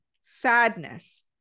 sadness